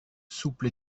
souple